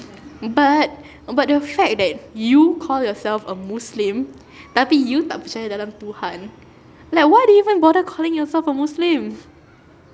but but the fact that you call yourself a muslim tapi you tak percaya dalam tuhan like why do you even bother calling yourself a muslim